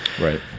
Right